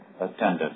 attended